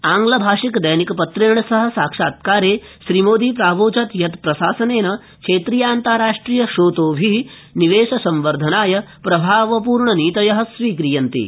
आङ्ग्लभाषिक दैनिक पत्रेण सह साक्षात्कारे श्रीमोदी प्रावोचत् यत् प्रशासनेन क्षेत्रीयान्ताराष्ट्रिय स्रोतोभि निवेशसंवर्धनाय प्रभावपूर्ण नीतयः स्वीक्रियन्ते